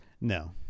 No